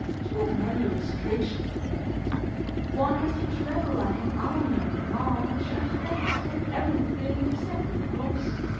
too many restrictions there one has to travel like an army on the march and may expect everything except repose.